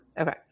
Okay